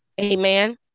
Amen